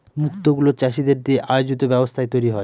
মুক্ত গুলো চাষীদের দিয়ে আয়োজিত ব্যবস্থায় তৈরী হয়